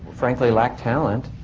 frankly lack talent.